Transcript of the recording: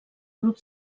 grup